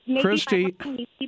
Christy